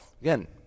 again